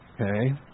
okay